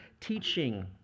teaching